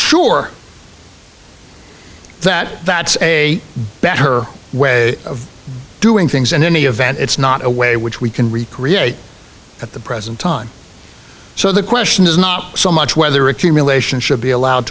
sure that that's a better way of doing things in any event it's not a way which we can recreate at the present time so the question is not so much whether accumulation should be allowed